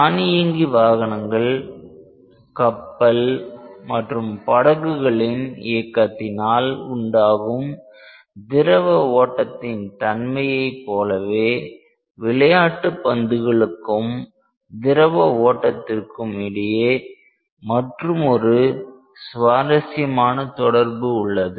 தானியங்கி வாகனங்கள் கப்பல் மற்றும் படகுகளின் இயக்கத்தினால் உண்டாகும் திரவ ஓட்டத்தின் தன்மையை போலவே விளையாட்டு பந்துகளுக்கும் திரவ ஓட்டத்திற்கும் இடையே மற்றுமொரு சுவாரசியமான தொடர்பு உள்ளது